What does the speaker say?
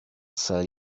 sell